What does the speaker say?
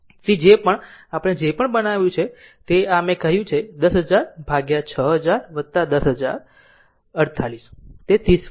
તેથી જે પણ આપણે જે પણ બનાવ્યું છે તે આ છે જે મેં કહ્યું છે 10000 ભાગ્યા 6000 10000 48 તે 30 વોલ્ટ હશે